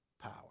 power